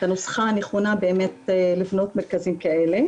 את הנוסחה הנכונה לבנות מרכזים כאלה.